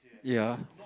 ya